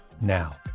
now